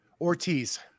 Ortiz